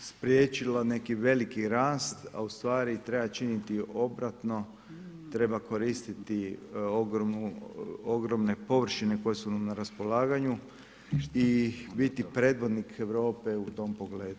spriječio neki veliki rast a ustvari treba činiti obratno, treba koristiti ogromne površine koje su nam na raspolaganju i biti predvodnik Europe u tom pogledu.